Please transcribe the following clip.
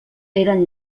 eren